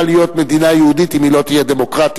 להיות מדינה יהודית אם היא לא תהיה דמוקרטית,